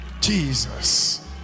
jesus